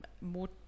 more